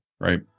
right